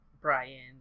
Brian